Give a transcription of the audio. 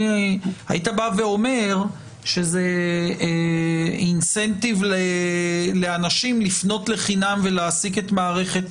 אם היית אומר שזה תמריץ לאנשים לפנות לחינם ולהעסיק את מערכת